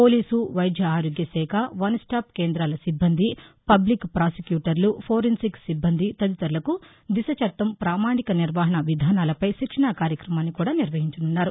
police వైద్య ఆరోగ్య శాఖ వన్ స్టాప్ కేందాల సిబ్బంది పబ్లిక్ పాసిక్యూటర్లు ఫోరెన్సిక్ సిబ్బంది తదితరులకు దిశ చట్టం ప్రామాణిక నిర్వహణ విధానాలపై శిక్షణా కార్యక్రమాన్ని కూడా నిర్వహించనున్నారు